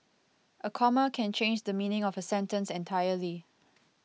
a comma can change the meaning of a sentence entirely